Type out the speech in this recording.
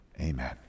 amen